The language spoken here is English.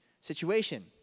situation